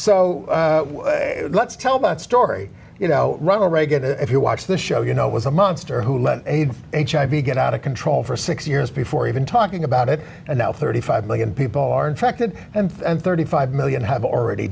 so let's tell that story you know ronald reagan if you watch the show you know it was a monster who let aids hiv get out of control for six years before even talking about it and now thirty five million people are infected and thirty five million have already